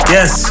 Yes